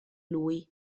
lui